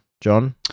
John